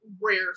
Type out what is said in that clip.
rare